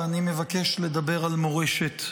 ואני מבקש לדבר על מורשת.